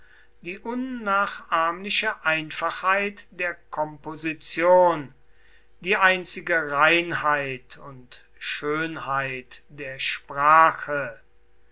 die unnachahmliche einfachheit der komposition die einzige reinheit und schönheit der sprache